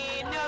No